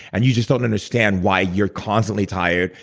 and you just don't understand why you're constantly tired,